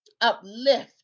uplift